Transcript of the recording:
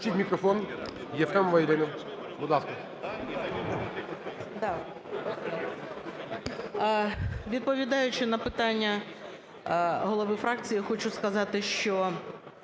Відповідаючи на питання голови фракції, я хочу сказати, що,